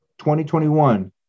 2021